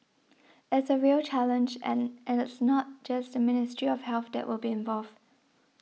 it's a real challenge and and it's not just the Ministry of Health that will be involved